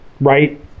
right